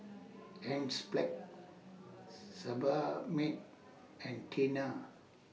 Enzyplex Sebamed and Tena